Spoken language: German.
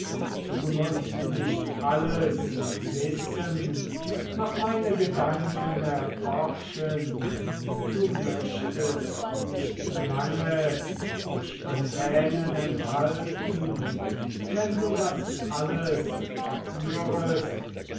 du mußt nicht alles wissen noch meine gedanken erforschen du möchtest nicht lange dich der tränen enthalten wenn du das alles erführest